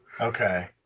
Okay